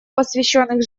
посвященных